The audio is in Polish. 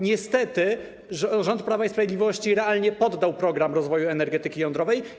Niestety rząd Prawa i Sprawiedliwości realnie poddał program rozwoju energetyki jądrowej.